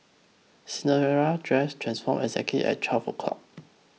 Cinderella's dress transformed exactly at twelve o'clock